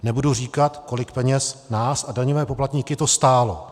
Nebudu říkat, kolik peněz to nás a daňové poplatníky stálo.